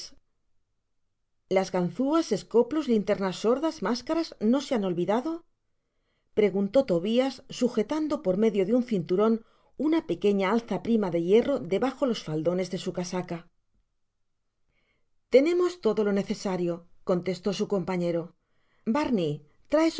lan ganzúas escoplos linternas sordas máscaras no íe han olvidado preguntó tobias sujetando por medio de un cinturon una pequeña alza prima de hierro debajo los faldones de su casaca tenemos todo lo necesario contestó su compañero barney